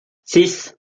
six